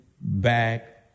back